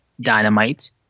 Dynamite